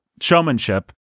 showmanship